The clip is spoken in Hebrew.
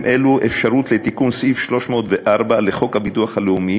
אלה אפשרות לתיקון סעיף 304 לחוק הביטוח הלאומי,